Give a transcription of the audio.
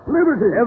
Liberty